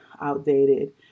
outdated